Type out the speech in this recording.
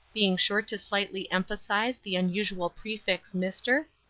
being sure to slightly emphasize the unusual prefix mr.